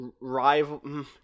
rival